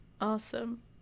Awesome